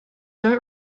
don’t